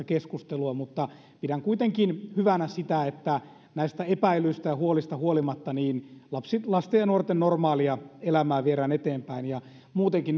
keskustelua mutta pidän kuitenkin hyvänä sitä että näistä epäilyistä ja huolista huolimatta lasten ja nuorten normaalia elämää viedään eteenpäin muutenkin